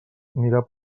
mirava